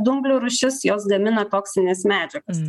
dumblių rūšis jos gamina toksines medžiagas